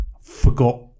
forgot